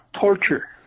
torture